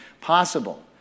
possible